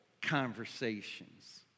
conversations